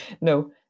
No